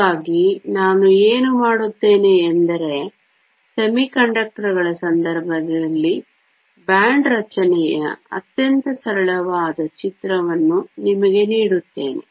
ಹಾಗಾಗಿ ನಾನು ಏನು ಮಾಡುತ್ತೇನೆ ಎಂದರೆ ಅರೆವಾಹಕಗಳ ಸಂದರ್ಭದಲ್ಲಿ ಬ್ಯಾಂಡ್ ರಚನೆಯ ಅತ್ಯಂತ ಸರಳವಾದ ಚಿತ್ರವನ್ನು ನಿಮಗೆ ನೀಡುತ್ತೇನೆ